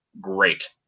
Great